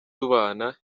tubana